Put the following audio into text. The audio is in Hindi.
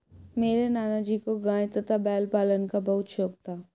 मेरे नाना जी को गाय तथा बैल पालन का बहुत शौक था